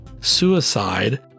suicide